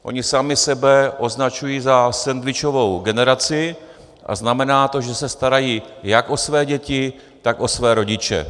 Oni sami sebe označují za sendvičovou generaci a znamená to, že se starají jak o své děti, tak o své rodiče.